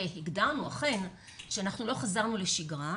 והגדרנו אכן שלא חזרנו לשגרה,